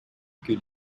que